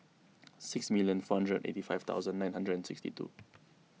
six million four hundred and eighty five thousand nine hundred and sixty two